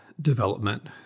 development